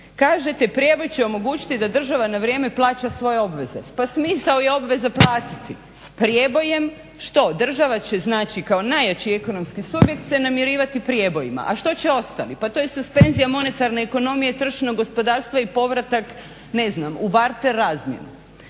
kažete prijeboj će omogućiti da država na vrijeme plaća svoje obaveze. Pa smisao je obveze platiti prijebojem. Što država će znači kao najjači ekonomski subjekt se namirivati prijebojima, a što će ostali? Pa to je suspenzija monetarne ekonomije tržišnog gospodarstva i povratak ne znam u varter razmjenu.